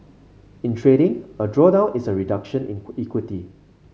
in trading a drawdown is a reduction in equity